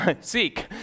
seek